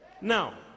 now